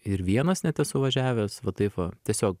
ir vienas net esu važiavęs va taip va tiesiog